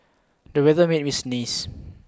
the weather made me sneeze